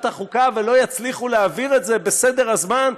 החוקה ולא יצליחו להעביר את זה בסדר הזמן,